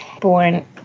born